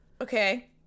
Okay